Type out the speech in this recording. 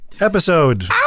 episode